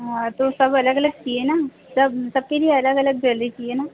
हाँ तो सब अलग अलग चाहिए ना सब सबके लिए अलग अलग ज्वेलरी की है ना